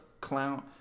clown